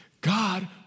God